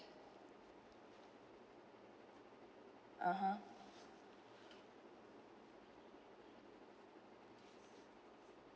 (uh huh)